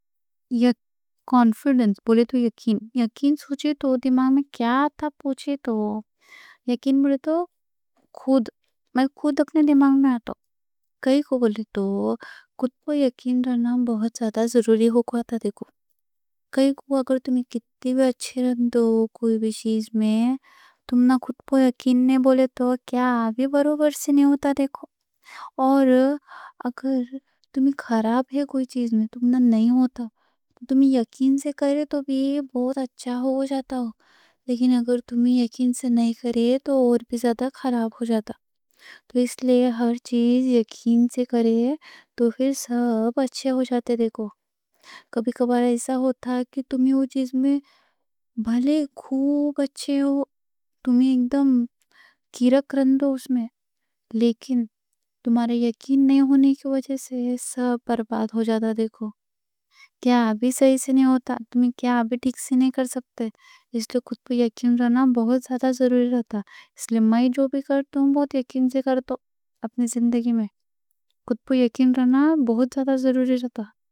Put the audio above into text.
یا کانفیڈینس، یا یقین۔ یقین سوچے تو، دماغ میں کیا آتا؟ پوچھے تو۔ یقین بولے تو، خود میں خود، اپنے دماغ میں آتا ہوں۔ کائیں کوں بولے تو، خود پر یقین رہنا بہت زیادہ ضروری ہوگا، دیکھو۔ کائیں کوں اگر تمہیں کتی بھی اچھے رہو کوئی بھی چیز میں، تمہیں خود پر یقین نہیں بولے تو، کیا بھی برابر سے نہیں ہوتا، دیکھو۔ اور اگر تمہیں خراب ہے کوئی چیز میں، تمہیں نہیں ہوتا، تمہیں یقین سے کرے تو بھی بہت اچھا ہو جاتا ہو، لیکن اگر تمہیں یقین سے نہیں کرے تو اور بھی زیادہ خراب ہو جاتا۔ تو اس لئے ہر چیز یقین سے کرے تو پھر سب اچھے ہو جاتے، دیکھو۔ کبھی کبھار ایسا ہوتا کہ تمہیں وہ چیز میں بھلے خوب اچھے ہو، تمہیں اگر کریکٹ رہو اس میں، لیکن تمہارے یقین نہیں ہونے کے وجہ سے سب برباد ہو جاتا، دیکھو۔ کیا ابھی صحیح سے نہیں ہوتا، تمہیں کیا ابھی ٹھیک سے نہیں کر سکتے۔ اس لئے خود پر یقین رہنا بہت زیادہ ضروری رہتا۔ اس لئے میں جو بھی کرتا ہوں بہت یقین سے کرتا ہوں۔ اپنی زندگی میں خود پر یقین رہنا بہت زیادہ ضروری رہتا۔